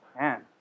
Man